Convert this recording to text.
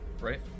right